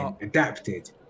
adapted